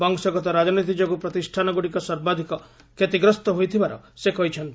ବଂଶଗତ ରାଜନୀତି ଯୋଗୁଁ ପ୍ରତିଷ୍ଠାନଗୁଡ଼ିକ ସର୍ବାଧିକ କ୍ଷତିଗ୍ରସ୍ତ ହୋଇଥିବାର ସେ କହିଛନ୍ତି